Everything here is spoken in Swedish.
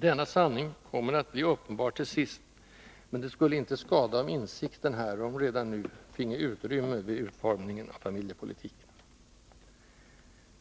Denna sanning kommer att bli uppenbar till sist, men det skulle inte skada om insikten härom redan nu finge utrymme vid utformningen av familjepolitiken.